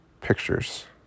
pictures